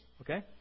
Okay